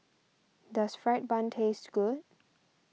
does Fried Bun taste good